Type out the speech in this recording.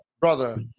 brother